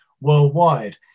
worldwide